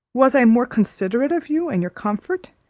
was i more considerate of you and your comfort?